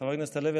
חבר הכנסת הלוי,